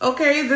Okay